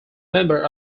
member